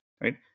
right